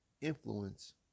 influence